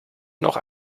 noch